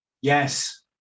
yes